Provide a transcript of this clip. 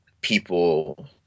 people